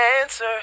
answer